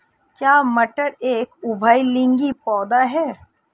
क्या मटर एक उभयलिंगी पौधा है?